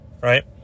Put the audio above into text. right